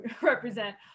represent